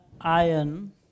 iron